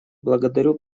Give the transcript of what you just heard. благодарю